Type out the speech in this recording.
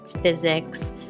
physics